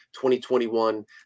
2021